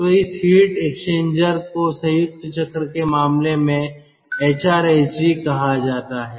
तो इस heat exchanger को संयुक्त चक्र के मामले में एचआरएसजी कहा जाता है